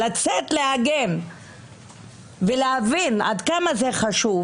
לצאת להגן ולהבין עד כמה זה חשוב.